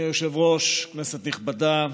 אדוני היושב-ראש, כנסת נכבדה,